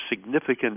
significant